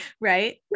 Right